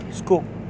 scoop